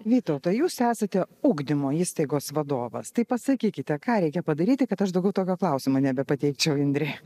vytautai jūs esate ugdymo įstaigos vadovas tai pasakykite ką reikia padaryti kad aš daugiau tokio klausimo nebepateikčiau indrei